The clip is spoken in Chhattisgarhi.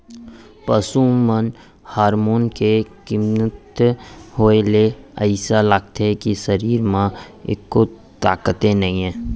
पसू म हारमोन के कमती होए ले अइसे लागथे के सरीर म एक्को ताकते नइये